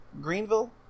Greenville